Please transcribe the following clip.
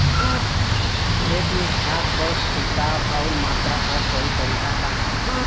खेत में खाद क छिड़काव अउर मात्रा क सही तरीका का ह?